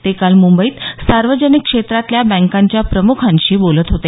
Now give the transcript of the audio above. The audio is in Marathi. ते काल मुंबईत सार्वजनिक क्षेत्रातल्या बँकांच्या प्रमुखांशी बोलत होते